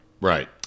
Right